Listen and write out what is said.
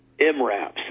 MRAPs